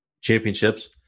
Championships